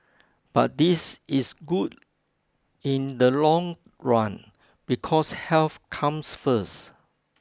but this is good in the long run because health comes first